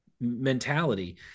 mentality